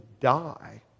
die